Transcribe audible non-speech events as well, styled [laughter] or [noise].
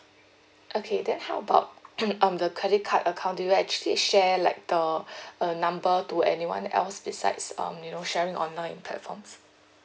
okay then how about [noise] um the credit card account do you actually share like the uh number to anyone else besides um you know sharing online platforms